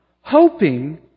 hoping